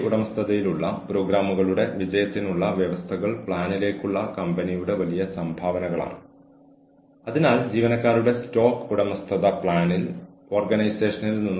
ഉദ്യോഗാർത്ഥി സമ്മർദ്ദത്തിൻ കീഴിൽ പ്രകടനം നടത്താൻ പ്രാപ്തനാണോ എന്ന് കാണാൻ ഇന്റർവ്യൂ ബോർഡിനെ സഹായിക്കുന്നു